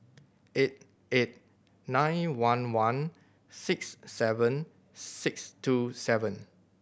eight eight nine one one six seven six two seven